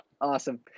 Awesome